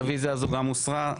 הצבעה לא אושרה.